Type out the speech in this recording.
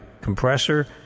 compressor